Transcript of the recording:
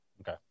Okay